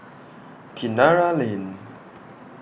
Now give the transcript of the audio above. Kinara Lane